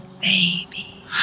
baby